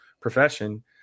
profession